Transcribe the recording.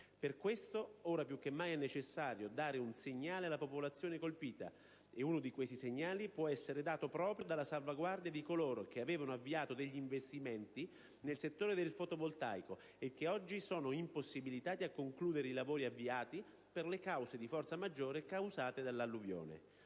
Per questo, ora più che mai, è necessario dare un segnale alla popolazione colpita: uno di questi segnali può essere dato proprio dalla salvaguardia di coloro che avevano avviato degli investimenti nel settore del fotovoltaico e che oggi sono impossibilitati a concludere i lavori avviati per le cause di forza maggiore provocate dall'alluvione.